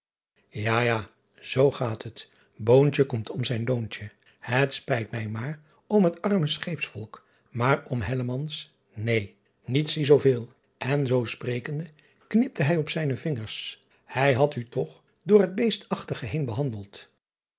a ja zoo gaat het oontje komt on zijn loontje et spijt mij maar om het arme scheepsvolk maar om neen niet zie zooveel en zoo sprekende knipte hij op zijne vingers ij had u toch door het beestachtige heen behandeld